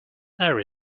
there